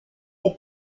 est